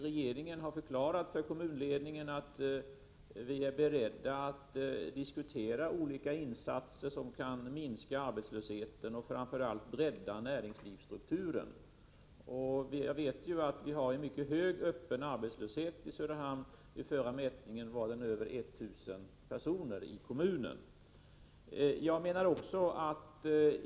Vi har förklarat för kommunledningen att regeringen är beredd att diskutera olika insatser som kan minska arbetslösheten och, framför allt, bredda näringslivsstrukturen. Vi vet att det är en mycket hög öppen arbetslöshet i Söderhamn. Vid förra mätningen var över 1000 personer i kommunen arbetslösa.